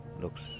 looks